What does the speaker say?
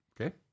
okay